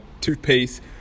toothpaste